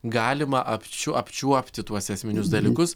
galima apčiuo apčiuopti tuos esminius dalykus